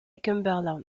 cumberland